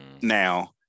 now